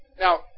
Now